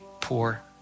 poor